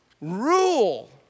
rule